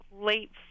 late